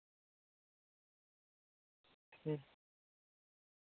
ᱦᱩᱸ